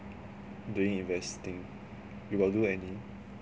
doing investing you got do any